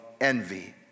envy